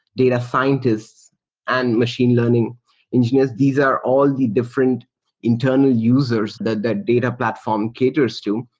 data scientists and machine leaning engineers. these are all the different internal users that that data platform caters to.